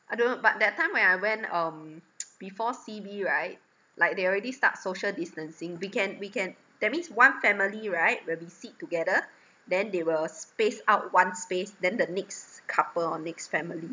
I don't know but that time when I went um before C_B right like they already start social distancing we can we can that means one family right when we sit together then they will space out one space than the next couple or next family